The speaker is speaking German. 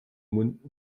mund